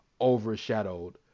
overshadowed